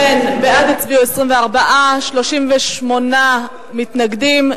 בעד הצביעו 24, 38 מתנגדים.